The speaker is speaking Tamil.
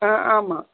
ஆமாம்